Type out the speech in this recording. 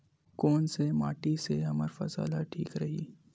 कोन से माटी से हमर फसल ह ठीक रही?